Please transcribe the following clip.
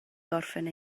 gorffen